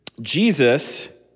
Jesus